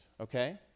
okay